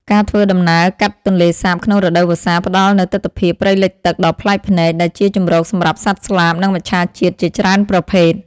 ការធ្វើដំណើរកាត់ទន្លេសាបក្នុងរដូវវស្សា ផ្តល់នូវទិដ្ឋភាពព្រៃលិចទឹកដ៏ប្លែកភ្នែក ដែលជាជម្រកសម្រាប់សត្វស្លាប និងមច្ឆជាតិជាច្រើនប្រភេទ។